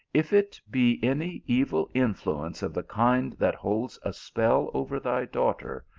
if it be any evil influence of the kind that holds a spell over thy daughter,